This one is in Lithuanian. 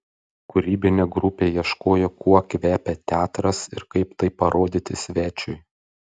kūrybinė grupė ieškojo kuo kvepia teatras ir kaip tai parodyti svečiui